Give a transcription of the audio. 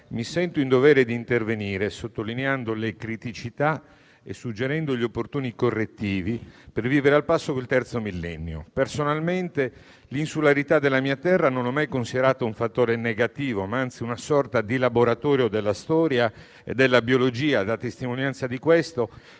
mi sento in dovere di intervenire sottolineando le criticità e suggerendo gli opportuni correttivi per vivere al passo col terzo millennio. Personalmente, non ho mai considerato l'insularità della mia terra un fattore negativo ma, anzi, una sorta di laboratorio della storia e della biologia. E, a testimonianza di questo,